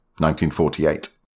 1948